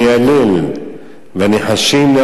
לילל והנחשים,